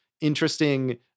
interesting